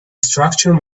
structure